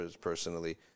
personally